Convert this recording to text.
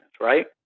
right